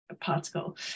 particle